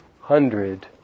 hundred